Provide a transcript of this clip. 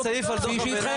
כשנגיע לסעיף על דוח הביניים.